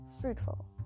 fruitful